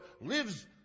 lives